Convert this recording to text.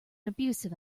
abusive